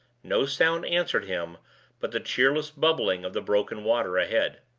no sound answered him but the cheerless bubbling of the broken water ahead.